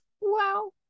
Wow